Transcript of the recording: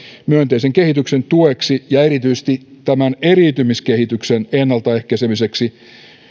myönteisen kehityksen tueksi ja erityisesti tämän eriytymiskehityksen ennaltaehkäisemiseksi